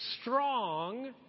strong